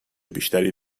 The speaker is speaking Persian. بیشتری